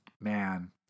man